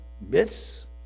myths